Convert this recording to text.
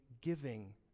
giving